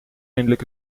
eindelijk